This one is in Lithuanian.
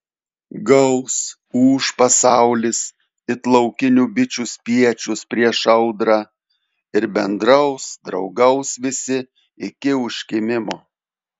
gaus ūš pasaulis it laukinių bičių spiečius prieš audrą ir bendraus draugaus visi iki užkimimo